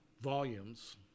volumes